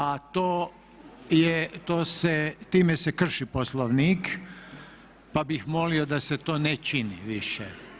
A to se time krši Poslovnik pa bih molio da se to ne čini više.